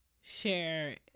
share